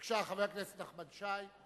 בבקשה, חבר הכנסת נחמן שי.